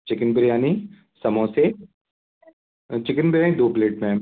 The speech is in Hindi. चिकेन बिरयानी समोसे चिकेन बिरयानी दो प्लेट मैम